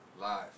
Live